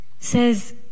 says